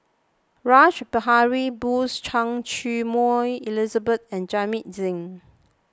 Rash Behari Bose Choy Su Moi Elizabeth and Jamit Singh